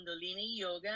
yoga